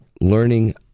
learning